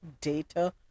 data